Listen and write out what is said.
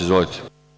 Izvolite.